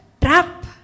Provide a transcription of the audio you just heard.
trap